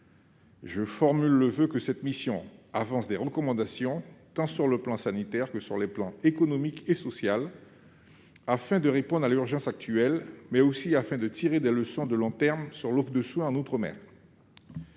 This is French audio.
Je formule le voeu que cette mission avance des recommandations tant sur le plan sanitaire que sur les plans économique et social afin de répondre à l'urgence actuelle, mais aussi de tirer des leçons de long terme sur l'offre de soins en outre-mer.